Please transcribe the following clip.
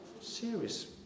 serious